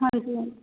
ਹਾਂਜੀ